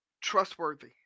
trustworthy